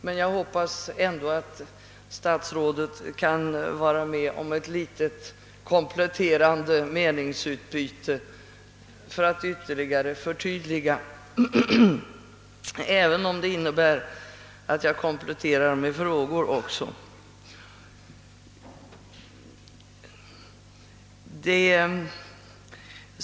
Men jag hoppas ändå att statsrådet vill vara med om ett litet kompletterande meningsutbyte för att ytterligare förtydliga upplysningarna, även om det innebär att jag också kompletterar med frågor.